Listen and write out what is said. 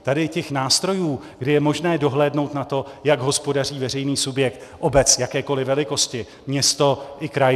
Tady je řada těch nástrojů, kdy je možné dohlédnout na to, jak hospodaří veřejný subjekt, obec jakékoliv velikosti, město i kraj.